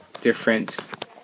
different